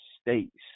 States